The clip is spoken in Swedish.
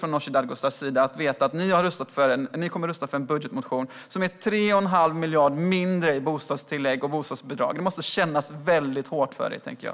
Hon vet att hennes parti kommer att rösta för en budgetmotion som innebär 3 1⁄2 miljarder mindre i bostadstillägg och bostadsbidrag. Det måste kännas väldigt hårt för dig, tänker jag.